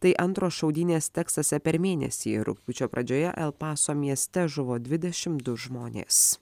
tai antros šaudynės teksase per mėnesį rugpjūčio pradžioje el paso mieste žuvo dvidešim du žmonės